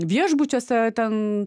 viešbučiuose ten